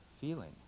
feeling